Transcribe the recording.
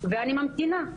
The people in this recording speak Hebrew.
ואני ממתינה,